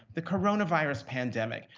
the coronavirus pandemic,